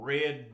Red